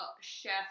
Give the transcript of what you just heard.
Chef